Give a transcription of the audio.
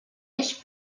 eix